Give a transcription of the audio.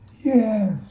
Yes